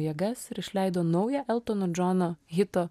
jėgas ir išleido naują eltono džono hito